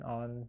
on